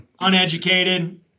uneducated